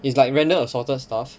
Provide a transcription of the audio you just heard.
it's like random assorted stuff